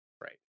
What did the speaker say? Right